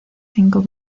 cinco